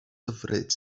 hyfryd